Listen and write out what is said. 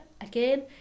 again